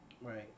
right